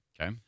Okay